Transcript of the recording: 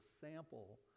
sample